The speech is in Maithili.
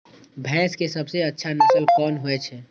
भैंस के सबसे अच्छा नस्ल कोन होय छे?